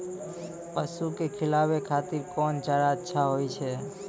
पसु के खिलाबै खातिर कोन चारा अच्छा होय छै?